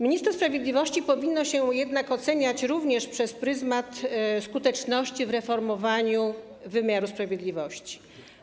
Ministra sprawiedliwości powinno się jednak oceniać również przez pryzmat skuteczności w reformowaniu wymiaru sprawiedliwości.